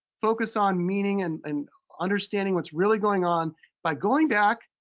focus on meaning and and understanding what's really going on by going back,